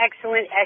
excellent